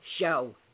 show